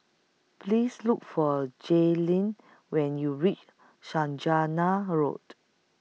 Please Look For Jaylin when YOU REACH Saujana Road